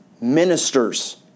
ministers